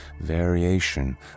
variation